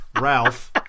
Ralph